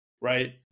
Right